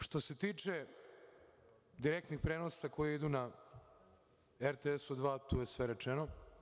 Što se tiče direktnih prenosa koji idu na RTS-u dva, tu je sve rečeno.